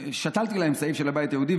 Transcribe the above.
שתלתי להם סעיף של הבית היהודי.